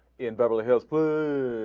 in beverly hills